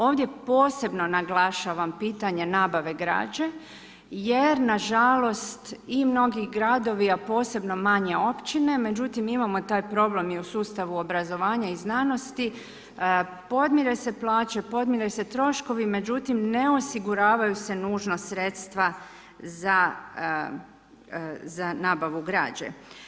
Ovdje posebno naglašavam pitanje nabave građe jer nažalost i mnogi gradovi a posebno manje općine, međutim mi imamo taj problem i u sustavu obrazovanja i znanosti, podmire se plaće, podmire se troškovi, međutim ne osiguravaju se nužna sredstva za nabavu građe.